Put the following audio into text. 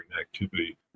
activity